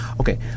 Okay